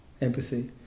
empathy